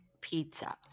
pizza